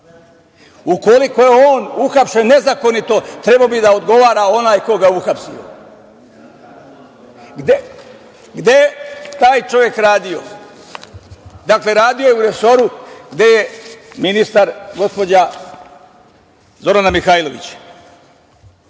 Ukoliko je on uhapšen nezakonito, trebao bi da odgovara onaj koji ga je uhapsio. Gde je taj čovek radio? Dakle, radio je u resoru gde je ministar gospođa Zorana Mihajlović. Ono